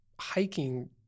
hiking